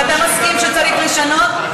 אבל אתה מסכים שצריך לשנות?